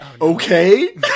Okay